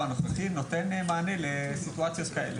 הנוכחי נותן מענה לסיטואציות כאלה.